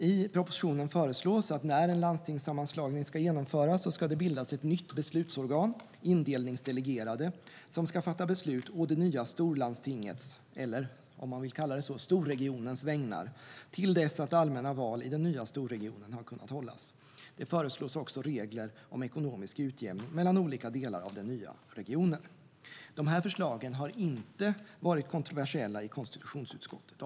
I propositionen föreslås att det när en landstingssammanslagning ska genomföras ska bildas ett nytt beslutsorgan, indelningsdelegerade, som ska fatta beslut å det nya storlandstingets eller - om man vill kalla det så - storregionens vägnar till dess allmänna val i den nya storregionen har kunnat hållas. Det föreslås också regler om ekonomisk utjämning mellan olika delar av den nya regionen. De här förslagen har inte varit kontroversiella i konstitutionsutskottet.